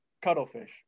cuttlefish